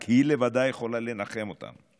רק היא לבדה יכולה לנחם אותם.